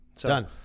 Done